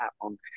on